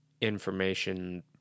information